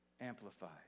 amplified